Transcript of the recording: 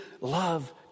love